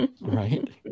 right